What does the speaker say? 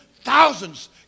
thousands